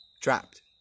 trapped